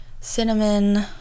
cinnamon